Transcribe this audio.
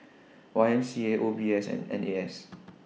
Y M C A O B S and N A S